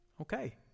Okay